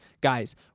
Guys